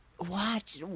Watch